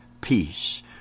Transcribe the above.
peace